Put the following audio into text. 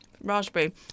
Raspberry